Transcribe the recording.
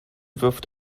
wirft